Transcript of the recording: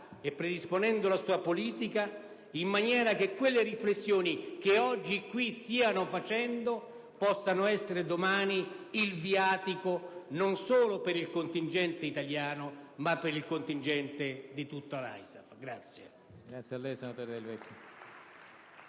predisponendo la sua attività politica in maniera che le riflessioni che oggi stiamo facendo possano essere domani il viatico non solo per il contingente italiano, ma per il contingente di tutto l'ISAF. Chiedo